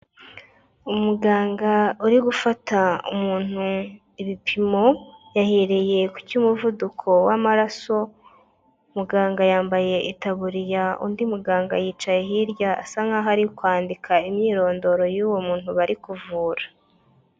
Umuganga uri gufata umuntu ibipimo yahereye ku cy'umuvuduko w'amaraso, muganga yambaye itaburiya undi muganga yicaye hirya asa nkaho ari kwandika imyirondoro y'uwo muntu bari kuvura.